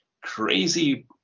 crazy